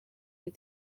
kuri